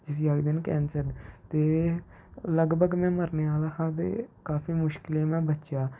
जिसी आखदे न कैंसर ते लगभग में मरने आह्ला हा ते काफी मुश्कलें में बचेआ